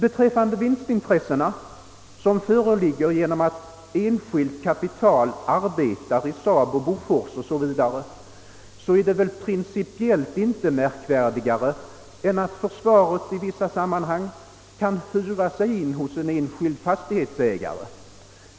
Att vinstintressen föreligger genom att enskilt kapital arbetar i SAAB, Bofors 0. s. v. är väl principiellt inte märkvärdigare än att försvaret i vissa sammanhang kan hyra in sig hos en enskild fastighetsägare.